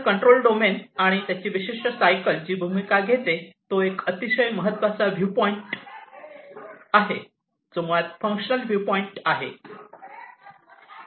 तर control domain आणि त्याची विशिष्ट सायकल जी भूमिका घेते तो एक अतिशय महत्वाचा विेवपॉईंट आहे जो मुळात फंक्शनल विेवपॉईंट आहे